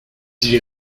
huit